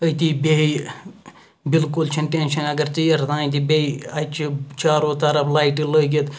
أتی بیٚہہِ بِلکُل چھُنہٕ ٹینشَن اَگَر ژیر تام تہِ بیہہ اَتہِ چھِ چارو طَرَف لایٹہٕ لٲگِتھ